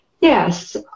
Yes